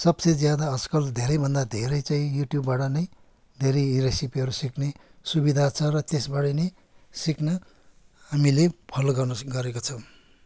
सबसे ज्यादा आजकल धेरैभन्दा धेरै चाहिँ युट्युबबाट नै धेरै रेसिपीहरू सिक्ने सुविधा छ र त्यसबाट नै सिक्न हामीले फलो गर्न गरेका छौँ